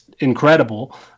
incredible